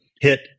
hit